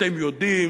אתם יודעים,